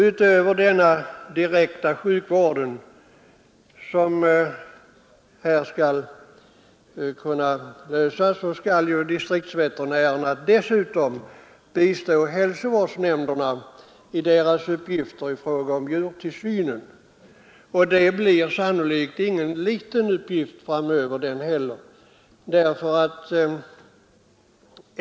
Utöver den direkta djursjukvården skall distriktsveterinärerna dessutom bistå hälsovårdsnämnderna i deras uppgifter i fråga om djurtillsynen, och detta blir sannolikt heller inte någon liten uppgift framöver.